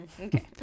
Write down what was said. okay